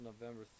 November